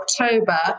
October